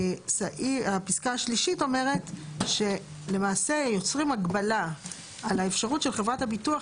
והפסקה השלישית אומרת שלמעשה יוצרים הגבלה על האפשרות של חברת הביטוח